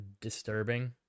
disturbing